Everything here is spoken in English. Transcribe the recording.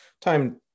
time